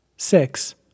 Six